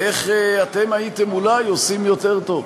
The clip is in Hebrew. ואיך אתם הייתם אולי עושים יותר טוב.